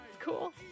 Cool